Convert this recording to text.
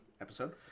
episode